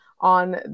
on